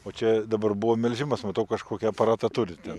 o čia dabar buvo melžimas matau kažkokį aparatą turite